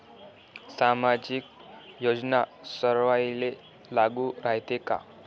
सामाजिक योजना सर्वाईले लागू रायते काय?